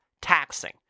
taxing